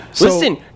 listen